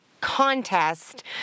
contest